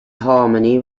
harmony